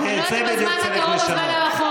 אני לא יודעת אם בזמן הקרוב או בזמן הרחוק,